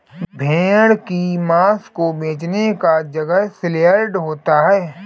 भेड़ की मांस को बेचने का जगह सलयार्ड होता है